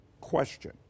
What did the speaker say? Question